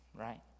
right